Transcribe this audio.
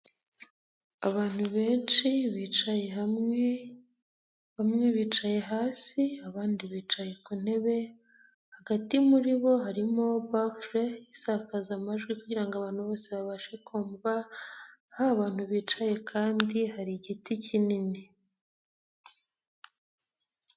Abantu benshi bicaye hamwe bamwe bicaye hasi abandi bicaye ku ntebe, hagati muri bo harimo bafure isakaza amajwi kugira ngo abantu bose babashe kumva, aho aba bantu bicaye kandi hari igiti kinini.